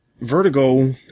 Vertigo